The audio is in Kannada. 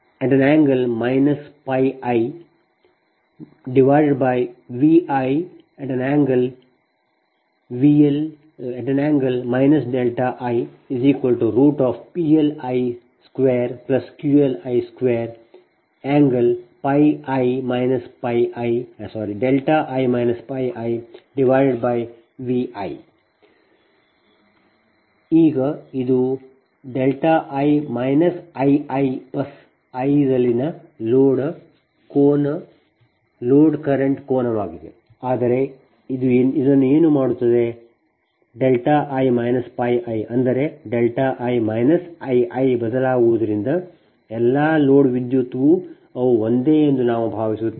ಈಗ ಇದು δ i i i bus i ನಲ್ಲಿನ ಲೋಡ್ ಕೋನ ಲೋಡ್ ಕರೆಂಟ್ ಕೋನವಾಗಿದೆ ಆದರೆ ಇದನ್ನು ಏನು ಮಾಡುತ್ತದೆ δ i ϕ i ಅಂದರೆ δ i i i ಬದಲಾಗುವುದರಿಂದ ಎಲ್ಲಾ ಲೋಡ್ ವಿದ್ಯುತ್ಗು ಅವು ಒಂದೇ ಎಂದು ನಾವು ಭಾವಿಸುತ್ತೇವೆ